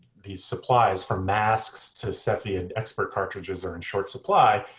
these supplies, from masks to cepheid and xpert cartridges, are in short supply.